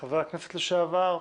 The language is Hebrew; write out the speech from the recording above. חבר הכנסת לשעבר.